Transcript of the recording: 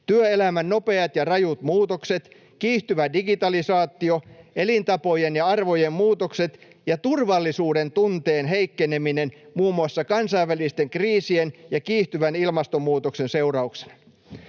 työelämän nopeat ja rajut muutokset, kiihtyvä digitalisaatio, elintapojen ja arvojen muutokset ja turvallisuudentunteen heikkeneminen muun muassa kansainvälisten kriisien ja kiihtyvän ilmastonmuutoksen seurauksena.